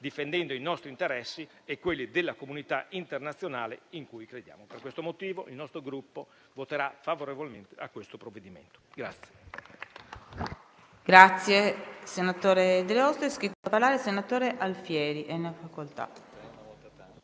difendendo i nostri interessi e quelli della comunità internazionale, in cui crediamo. Per tale ragione, il nostro Gruppo voterà favorevolmente a questo provvedimento.